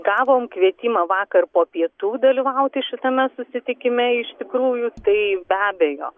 gavom kvietimą vakar po pietų dalyvauti šitame susitikime iš tikrųjų tai be abejo